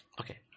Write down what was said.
Okay